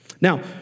Now